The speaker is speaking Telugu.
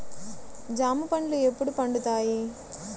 జామ పండ్లు ఎప్పుడు పండుతాయి?